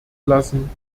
lassen